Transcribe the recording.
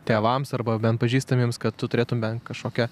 tėvams arba bent pažįstamiems kad tu turėtum bent kažkokią